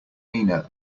mina